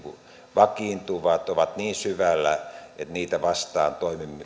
vakiintuvat ovat niin syvällä että niitä vastaan